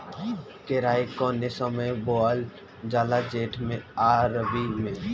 केराई कौने समय बोअल जाला जेठ मैं आ रबी में?